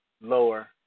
lower